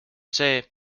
see